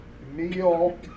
meal